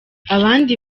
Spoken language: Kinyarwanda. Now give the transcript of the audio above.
abandi